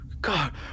God